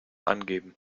angeben